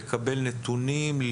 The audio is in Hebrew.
לקבל נתונים,